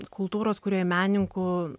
kultūros kūrėjų menininkų